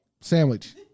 sandwich